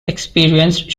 experienced